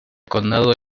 condado